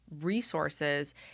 resources